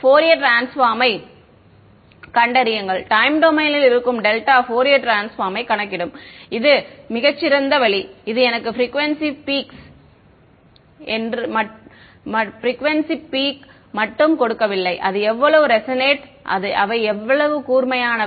Fourier ட்ரான்ஸ்பார்ம்ஸை கண்டறியுங்கள் time டொமைனில் இருக்கும் டெல்டா ஃபோரியர் ட்ரான்ஸ்பார்ம்ஸை கணக்கிடும் அது மிகச் சிறந்த வழி இது எனக்கு ப்ரிக்குவேன்சி பீக்ஸ் மட்டும் கொடுக்கவில்லை அவை எவ்வளவு ரெசோனேட் அவை எவ்வளவு கூர்மையானவை